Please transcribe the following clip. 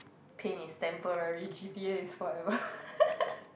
pain is temporary g_p_a is forever